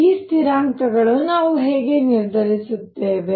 ಈ ಸ್ಥಿರಾಂಕಗಳನ್ನು ನಾವು ಹೇಗೆ ನಿರ್ಧರಿಸುತ್ತೇವೆ